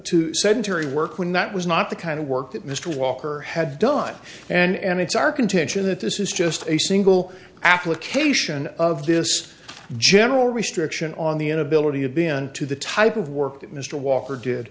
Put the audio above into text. to sedentary work when that was not the kind of work that mr walker had done and it's our contention that this is just a single application of this general restriction on the inability of been to the type of work that mr walker did